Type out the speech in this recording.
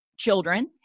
Children